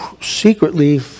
secretly